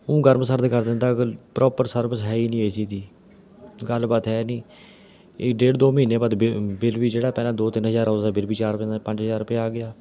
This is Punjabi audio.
ਊਂ ਗਰਮ ਸਰਦ ਕਰ ਦਿੰਦਾ ਪ੍ਰੋਪਰ ਸਰਵਿਸ ਹੈ ਹੀ ਨਹੀਂ ਏ ਸੀ ਦੀ ਗੱਲਬਾਤ ਹੈ ਨਹੀਂ ਇਹ ਡੇਢ ਦੋ ਮਹੀਨੇ ਬਾਅਦ ਬਿ ਬਿੱਲ ਵੀ ਜਿਹੜਾ ਪਹਿਲਾ ਦੋ ਤਿੰਨ ਹਜ਼ਾਰ ਆਉਂਦਾ ਤਾ ਬਿੱਲ ਵੀ ਚਾਰ ਪੰਜ ਹਜ਼ਾਰ ਰੁਪਏ ਆ ਗਿਆ